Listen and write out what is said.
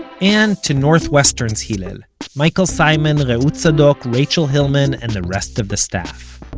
and to northwestern's hillel michael simon, and reut tzadok, rachel hillman and the rest of the staff.